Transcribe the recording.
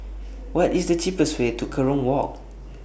What IS The cheapest Way to Kerong Walk